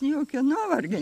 jokio nuovargio